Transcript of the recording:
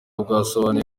bwasobanuye